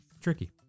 Tricky